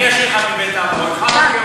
אני אשיר לך מבית אבא: חנוכה,